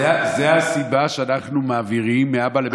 זו הסיבה שאנחנו מעבירים מאבא לבן.